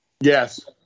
Yes